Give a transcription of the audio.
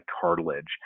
cartilage